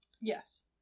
yes